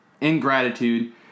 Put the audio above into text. ingratitude